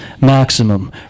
maximum